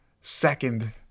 Second